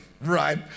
Right